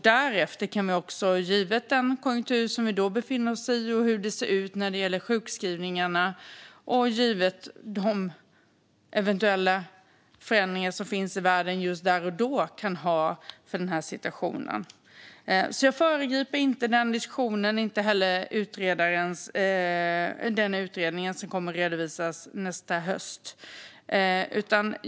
Därefter kan vi - givet den konjunktur vi då befinner oss i, hur det ser ut när det gäller sjukskrivningarna och eventuella förändringar i världen där och då - bedöma situationen. Jag föregriper alltså inte den diskussionen och inte heller den utredning som kommer att redovisas nästa höst.